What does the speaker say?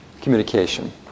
communication